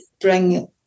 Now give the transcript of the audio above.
bring